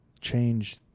change